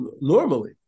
normally